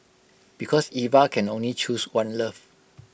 because Eva can only choose one love